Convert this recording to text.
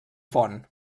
font